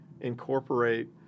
incorporate